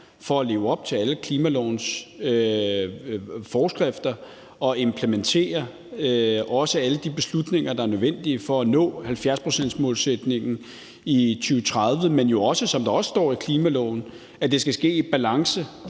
for at leve op til alle klimalovens forskrifter og implementerer også alle de beslutninger, der er nødvendige for at nå 70-procentsmålsætningen i 2030, men det skal også, som det også står i klimaloven, ske i balance